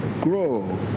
grow